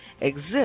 exist